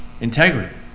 Integrity